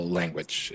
language